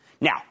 Now